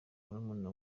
murumuna